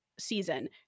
season